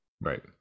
Right